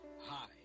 Hi